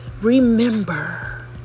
Remember